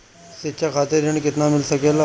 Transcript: शिक्षा खातिर ऋण केतना मिल सकेला?